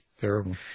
terrible